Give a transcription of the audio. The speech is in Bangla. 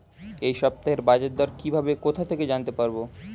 এই সপ্তাহের বাজারদর কিভাবে কোথা থেকে জানতে পারবো?